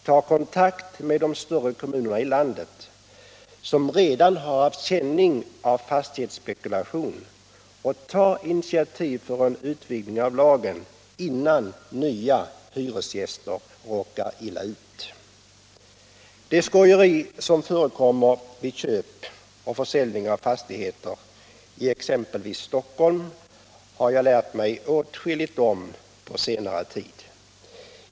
Ta kontakt med de större kommunerna i landet, som redan har haft känningar av fastighetsspekulation och ta initiativ till en utvidgning av lagen innan nya hyresgäster råkar illa ut! Det skojeri som förekommer vid köp och försäljning av fastigheter i exempelvis Stockholm har jag lärt mig åtskilligt om på senare tid.